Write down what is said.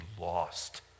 lost